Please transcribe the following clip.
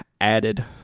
added